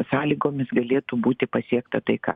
sąlygomis galėtų būti pasiekta taika